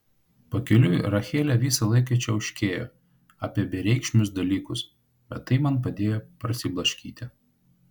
pakeliui rachelė visą laiką čiauškėjo apie bereikšmius dalykus bet tai man padėjo prasiblaškyti